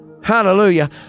Hallelujah